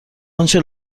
آنچه